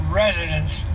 residents